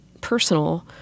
personal